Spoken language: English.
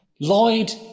Lloyd